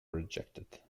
rejected